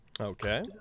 Okay